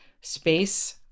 space